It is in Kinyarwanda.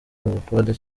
ubukode